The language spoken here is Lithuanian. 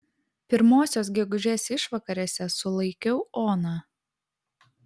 pirmosios gegužės išvakarėse sulaikiau oną